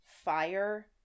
fire